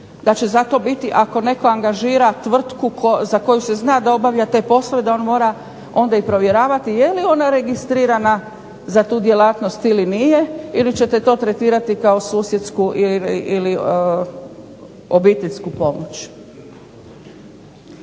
da će zato biti, ako netko angažira tvrtku za koju se zna da obavlja te poslove, da on mora onda i provjeravati je li ona registrirana za tu djelatnost ili nije, ili ćete to tretirati kao susjedsku ili obiteljsku pomoć.